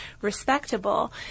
respectable